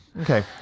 Okay